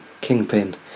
kingpin